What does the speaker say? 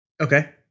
Okay